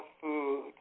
food